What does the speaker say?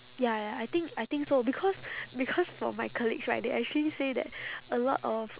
ya ya I think I think so because because for my colleagues right they actually say that a lot of